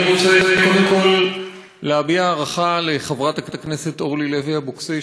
אני רוצה קודם כול להביע הערכה לחברת הכנסת אורלי לוי אבקסיס,